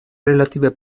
relative